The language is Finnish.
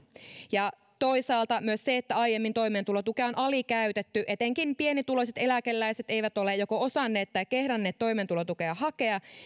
ja toisaalta myös se että aiemmin toimeentulotukea on alikäytetty etenkin pienituloiset eläkeläiset eivät ole joko osanneet tai kehdanneet toimeentulotukea hakea